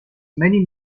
many